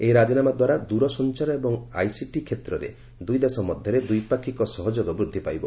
ଏହି ରାଜିନାମା ଦ୍ୱାରା ଦୂରସଞ୍ଚାର ଏବଂ ଆଇସିଟି କ୍ଷେତ୍ରରେ ଦୁଇ ଦେଶ ମଧ୍ୟରେ ଦ୍ୱିପାକ୍ଷିକ ସହଯୋଗ ବୃଦ୍ଧିପାଇବ